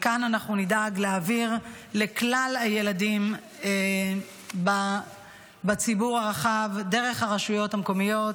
וכאן אנחנו נדאג להעביר לכלל הילדים בציבור הרחב ודרך הרשויות המקומיות